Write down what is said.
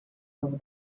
over